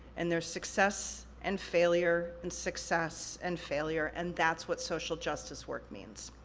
and there's success and failure, and success and failure, and that's what social justice work means.